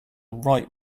write